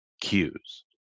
cues